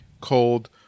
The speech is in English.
cold